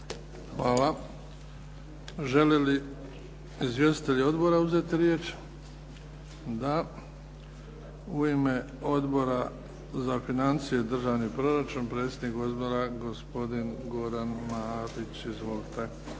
Hvala. Žele li izvjestitelji odbora uzeti riječ? Da. U ime Odbora za financije i državni proračun predsjednik odbora gospodin Goran Marić. Izvolite.